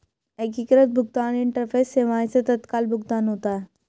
एकीकृत भुगतान इंटरफेस सेवाएं से तत्काल भुगतान होता है